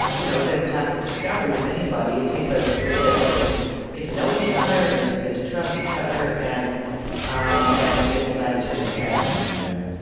you know, the path of discovery with anybody, it takes a little bit to get to know each other and to get to trust each other and um and to get inside each other's heads yeah.